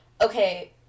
okay